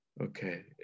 Okay